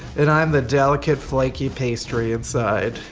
and i'm the delicate, flaky pastry inside.